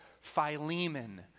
Philemon